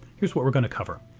here's what we're going to cover.